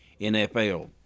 NFL